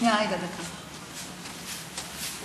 בוועדת הכספים.